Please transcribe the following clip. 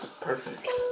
Perfect